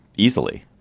easily?